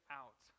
out